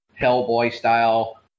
Hellboy-style